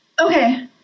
Okay